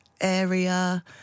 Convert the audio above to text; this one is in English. area